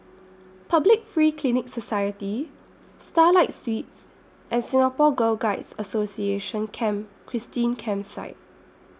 Public Free Clinic Society Starlight Suites and Singapore Girl Guides Association Camp Christine Campsite